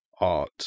art